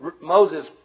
Moses